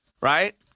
Right